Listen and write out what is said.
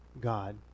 God